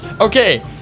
okay